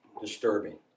disturbing